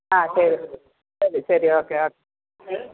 ആ ശരി ശരി ഓക്കെ ഓക്കെ